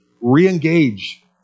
re-engage